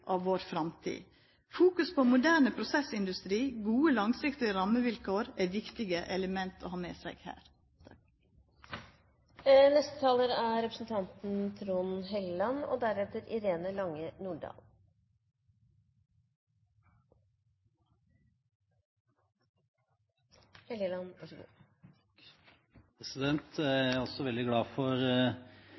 av vår framtid. Fokus på moderne prosessindustri og gode langsiktige rammevilkår er viktige element å ha med seg her. Jeg er også veldig glad for at Lise Christoffersen har tatt opp denne viktige interpellasjonen. Det er slik, selv om jeg er